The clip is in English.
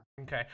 Okay